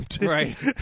right